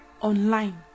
Online